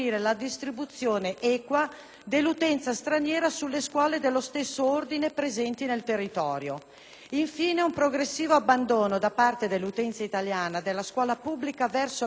dell'utenza straniera sulle scuole dello stesso ordine presenti nel territorio. Infine, un progressivo abbandono da parte dell'utenza italiana della scuola pubblica verso la scuola privata e paritaria,